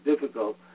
difficult